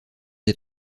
des